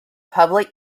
public